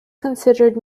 considered